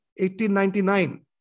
1899